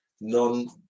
None